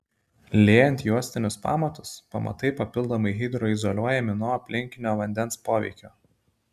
liejant juostinius pamatus pamatai papildomai hidroizoliuojami nuo aplinkinio vandens poveikio